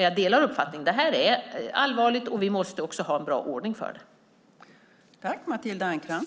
Jag delar uppfattningen att detta är allvarligt och att vi måste ha en bra ordning för det.